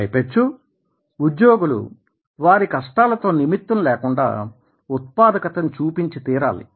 పైపెచ్చు ఉద్యోగులు వారి కష్టాలతో నిమిత్తం లేకుండా ఉత్పాదకతని చూపించి తీరాలి